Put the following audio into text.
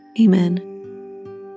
Amen